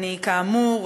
כאמור,